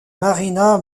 marina